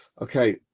Okay